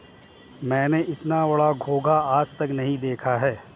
मैंने इतना बड़ा घोंघा आज तक नही देखा है